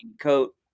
coat